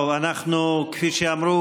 או שלהפך, הוא